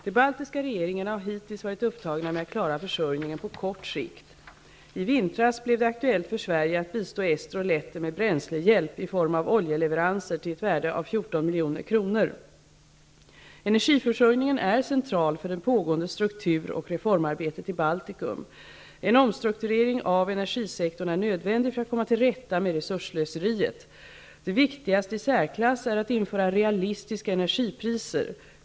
De baltiska regeringarna har hittills varit upptagna med att klara försörjningen på kort sikt. I vintras blev det aktuellt för Sverige att bistå ester och letter med bränslehjälp i form av oljeleveranser till ett värde av 14 milj.kr. Energiförsörjningen är central för det pågående struktur och reformarbetet i Baltikum. En omstrukturering av energisektorn är nödvändig för att komma till rätta med resursslöseriet. Det viktigaste i särklass är att införa realistiska energipriser.